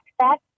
access